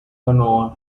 canoa